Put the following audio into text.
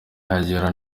ihagera